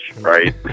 right